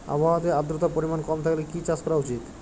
আবহাওয়াতে আদ্রতার পরিমাণ কম থাকলে কি চাষ করা উচিৎ?